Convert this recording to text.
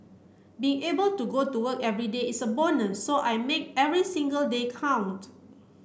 be able to go to work everyday is a bonus so I make every single day count